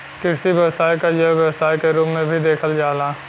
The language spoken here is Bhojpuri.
कृषि व्यवसाय क जैव व्यवसाय के रूप में भी देखल जाला